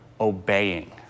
obeying